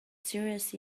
serious